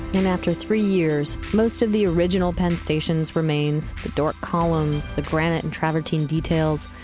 and after three years, most of the original penn stations remains. the dark column is the granite and travertine details,